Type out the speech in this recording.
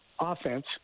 offense –